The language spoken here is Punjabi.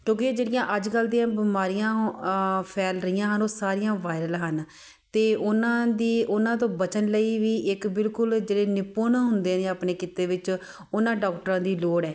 ਕਿਉਂਕਿ ਇਹ ਜਿਹੜੀਆਂ ਅੱਜ ਕੱਲ੍ਹ ਦੀਆਂ ਬਿਮਾਰੀਆਂ ਹੋ ਫੈਲ ਰਹੀਆਂ ਹਨ ਉਹ ਸਾਰੀਆਂ ਵਾਇਰਲ ਹਨ ਅਤੇ ਉਹਨਾਂ ਦੀ ਉਹਨਾਂ ਤੋਂ ਬਚਣ ਲਈ ਵੀ ਇੱਕ ਬਿਲਕੁਲ ਜਿਹੜੇ ਨਿਪੁੰਨ ਹੁੰਦੇ ਨੇ ਆਪਣੇ ਕਿੱਤੇ ਵਿੱਚ ਉਹਨਾਂ ਡੌਕਟਰਾਂ ਦੀ ਲੋੜ ਹੈ